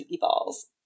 balls